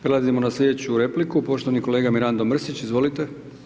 Prelazimo na slj. repliku, poštovani kolega Mirando Mrsić, izvolite.